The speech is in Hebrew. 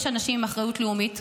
יש אנשים עם אחריות לאומית,